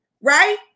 right